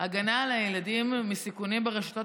"הגנה על הילדים מסיכונים ברשתות